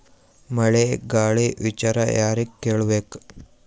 ಮಳೆ ಗಾಳಿ ವಿಚಾರ ಯಾರಿಗೆ ಕೇಳ್ ಬೇಕು?